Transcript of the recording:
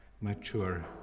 mature